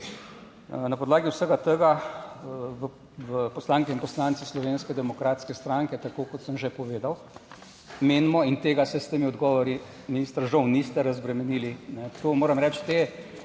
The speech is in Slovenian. Na podlagi vsega tega poslanke in poslanci Slovenske demokratske stranke, tako kot sem že povedal, menimo, in tega se s temi odgovori ministra žal niste razbremenili, to moram reči, ti